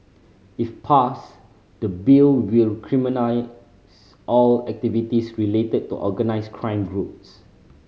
if passed the Bill will all activities related to organised crime groups